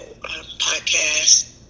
podcast